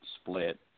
split